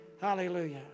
Hallelujah